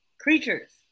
creatures